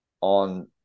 on